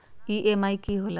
EMI की होला?